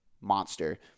monster